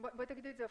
תגידי הפוך,